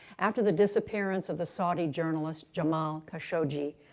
after the disappearance of the saudi journalist jamal khashoggi,